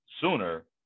sooner